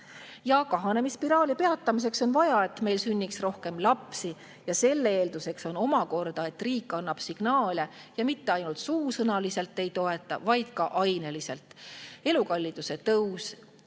Kahanemisspiraali peatamiseks on vaja, et meil sünniks rohkem lapsi. Selle eelduseks on, et riik annab [vajalikke] signaale ja mitte ainult suusõnaliselt ei toeta, vaid ka aineliselt. Elukalliduse tõus.